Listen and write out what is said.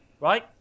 right